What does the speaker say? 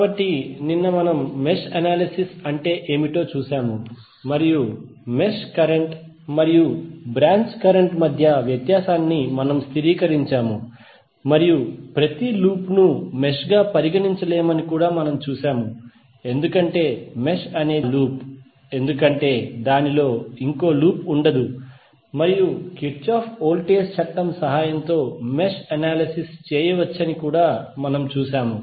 కాబట్టి నిన్న మనం మెష్ అనాలిసిస్ అంటే ఏమిటో చూశాము మరియు మెష్ కరెంట్ మరియు బ్రాంచ్ కరెంట్ మధ్య వ్యత్యాసాన్ని మనము స్థిరీకరించాము మరియు ప్రతి లూప్ ను మెష్ గా పరిగణించలేమని కూడా చూశాము ఎందుకంటే మెష్ అనేది ఆ లూప్ ఎందుకంటే దానిలో ఇంకో లూప్ ఉండదు మరియు కిర్చాఫ్ వోల్టేజ్ చట్టం సహాయంతో మెష్ అనాలిసిస్ చేయవచ్చని మనము చూశాము